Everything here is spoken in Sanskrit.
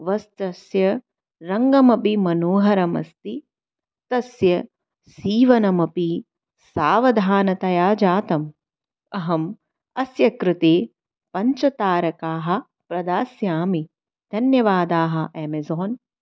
वस्त्रस्य रङ्गमपि मनोहरमस्ति तस्य सीवनमपि सावधानतया जातम् अहम् अस्य कृते पञ्चतारकाः प्रदास्यामि धन्यवादाः एमेज़ान्